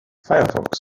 firefox